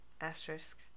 Asterisk